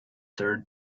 third